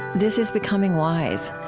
this is becoming wise.